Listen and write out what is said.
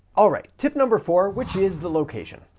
all right, tip number four, which is the location.